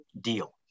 deal